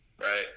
right